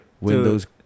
windows